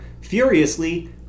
Furiously